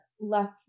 left